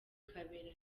kabera